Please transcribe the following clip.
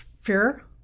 fear